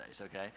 okay